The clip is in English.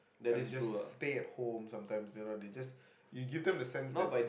I mean just stay at home sometimes you know they just you give them a sense that